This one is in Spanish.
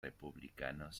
republicanos